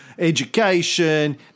Education